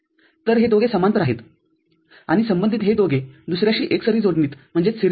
तर हे दोघे समांतर आहेत आणि संबंधित हे दोघे दुसऱ्याशी एकसरी जोडणीत आहेत